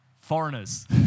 Foreigners